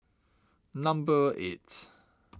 number eight